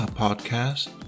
podcast